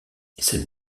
cette